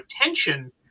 attention –